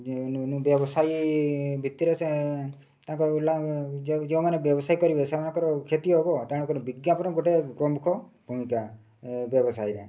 ବ୍ୟବସାୟୀ ଭିତରେ ସେ ତାଙ୍କ ଯେଉଁମାନେ ବ୍ୟବସାୟୀ କରିବେ ସେମାନଙ୍କର କ୍ଷତି ହେବ ତାଙ୍କର ବିଜ୍ଞାପନ ଗୋଟେ ପ୍ରମୁଖ ଭୂମିକା ବ୍ୟବସାୟୀରେ